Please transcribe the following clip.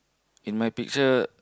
in my picture